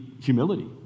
humility